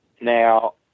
Now